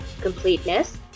completeness